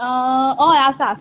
हय आसा